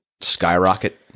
skyrocket